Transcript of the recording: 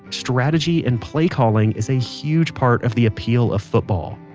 strategy and play calling is a huge part of the appeal of football.